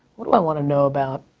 what do i wanna know about?